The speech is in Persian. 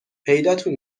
پیداتون